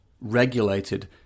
regulated